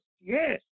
yes